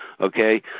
okay